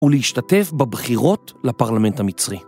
ולהשתתף בבחירות לפרלמנט המצרי.